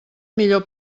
millor